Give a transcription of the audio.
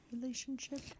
relationship